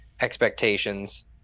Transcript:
expectations